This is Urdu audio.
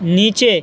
نیچے